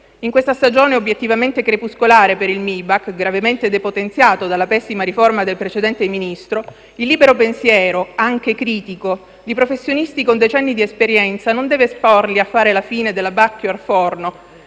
In questa stagione obiettivamente crepuscolare per il MIBAC, gravemente depotenziato dalla pessima riforma del precedente Ministro, il libero pensiero (anche critico) di professionisti con decenni di esperienza non deve esporli a fare la fine «*de l'abbacchio ar forno»*,